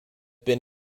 been